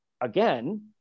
again